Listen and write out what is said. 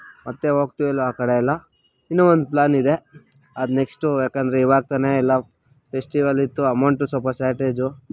ಮತ್ತೆ ಹೊಗ್ತೀವಿ ಆ ಕಡೆ ಎಲ್ಲ ಇನ್ನು ಒಂದು ಪ್ಲ್ಯಾನ್ ಇದೆ ಅದು ನೆಕ್ಸ್ಟ್ ಏಕೆಂದ್ರೆ ಇವಾಗ ತಾನೇ ಎಲ್ಲ ಫೆಸ್ಟಿವಲ್ ಇತ್ತು ಅಮೌಂಟು ಸ್ವಲ್ಪ ಶಾರ್ಟೇಜು